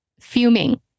fuming